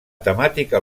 temàtica